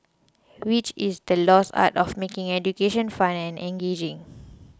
which is the lost art of making education fun and engaging